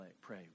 pray